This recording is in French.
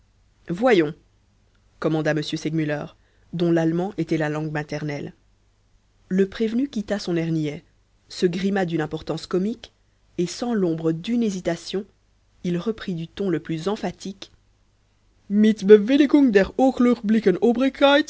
voyons commanda m segmuller dont l'allemand était la langue maternelle le prévenu quitta son air niais se grima d'une importance comique et sans l'ombre d'une hésitation il reprit du ton le plus emphatique